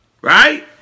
right